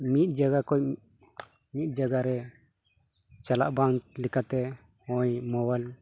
ᱢᱤᱫ ᱡᱟᱭᱜᱟ ᱠᱷᱚᱱ ᱢᱤᱫ ᱡᱟᱭᱜᱟ ᱨᱮ ᱪᱟᱞᱟᱜ ᱵᱟᱝ ᱞᱮᱠᱟᱛᱮ ᱱᱚᱜᱼᱚᱭ ᱢᱳᱵᱟᱭᱤᱞ